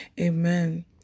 amen